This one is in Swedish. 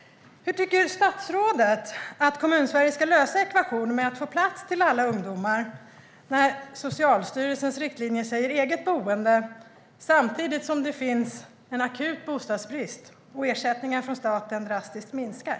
Hur tycker statsrådet att Kommunsverige ska lösa ekvationen med att hitta plats till alla ungdomar, när Socialstyrelsens riktlinjer säger eget boende samtidigt som det finns en akut bostadsbrist och ersättningen från staten drastiskt minskar?